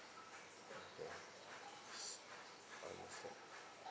okay understand